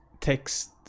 text